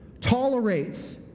tolerates